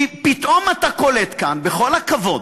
כי פתאום אתה קולט כאן, בכל הכבוד,